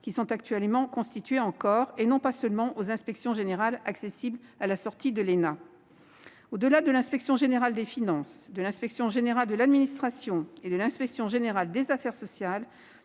générales actuellement constituées en corps, et non pas seulement aux inspections générales accessibles à la sortie de l'ENA. Au-delà de l'inspection générale des finances, de l'inspection générale de l'administration et de l'inspection générale des affaires sociales,